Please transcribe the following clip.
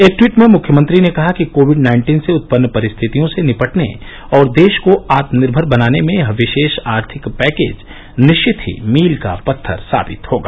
एक टवीट में मुख्यमंत्री ने कहा कि कोविड नाइन्टीन से उत्पन्न परिस्थितियों से निपटने और देश को आत्मनिर्मर बनाने में यह विशेष आर्थिक पैकेज निश्चित ही मील का पत्थर साबित होगा